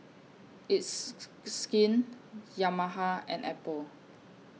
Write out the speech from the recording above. It's Skin Yamaha and Apple